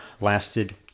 lasted